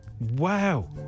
wow